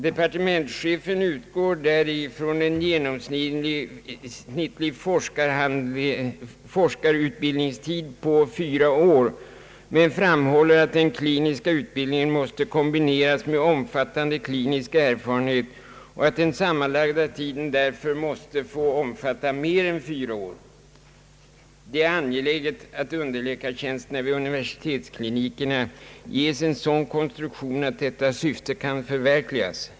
Departementschefen utgår där från en genomsnittlig forskarutbildningstid på fyra år men framhåller att den kliniska utbildningen måste kombineras med omfattande klinisk erfarenhet och att den sammanlagda tiden därför måste omfatta mer än fyra år. Det är angeläget att underläkartjänsterna vid universitetsklinikerna ges en sådan konstruktion att detta syfte kan förverkligas.